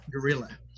gorilla